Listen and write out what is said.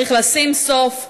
צריך לשים סוף.